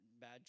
bad